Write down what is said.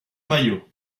mayo